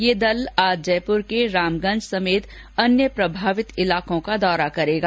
यह दल आज जयपुर के रामगंज समेत अन्य प्रभावित इलाकों का दौरा करेगा